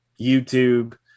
YouTube